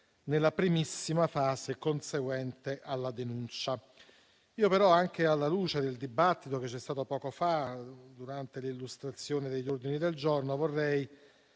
nella primissima fase conseguente alla denuncia. Io, però, anche alla luce del dibattito che c'è stato poco fa, durante l'illustrazione degli ordini del giorno, vorrei